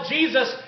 Jesus